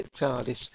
tardis